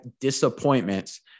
disappointments